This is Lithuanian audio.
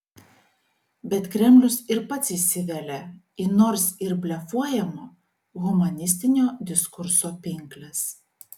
bet kremlius ir pats įsivelia į nors ir blefuojamo humanistinio diskurso pinkles